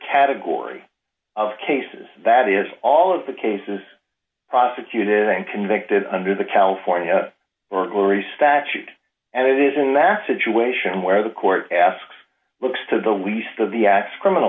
category of cases that is all of the cases prosecuted and convicted under the california or glorie statute and it is in that situation where the court asks looks to the least of the acts criminal